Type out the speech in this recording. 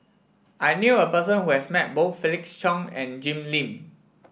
I knew a person who has met both Felix Cheong and Jim Lim